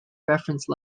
reference